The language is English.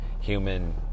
human